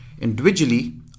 Individually